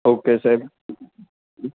okay Saheb